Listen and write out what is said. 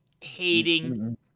hating